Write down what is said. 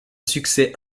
succès